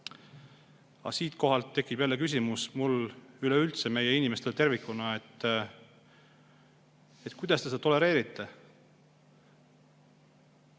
siinkohal tekib jälle mul küsimus, üleüldse meie inimestel tervikuna: kuidas te seda tolereerite?